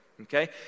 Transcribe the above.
Okay